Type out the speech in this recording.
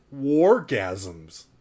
wargasms